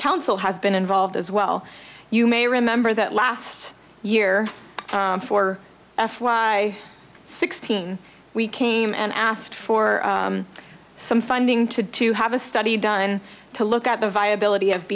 council has been involved as well you may remember that last year for f y sixteen we came and asked for some funding to to have a study done to look at the viability of